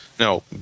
No